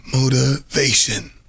Motivation